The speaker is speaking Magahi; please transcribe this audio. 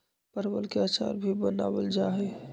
परवल के अचार भी बनावल जाहई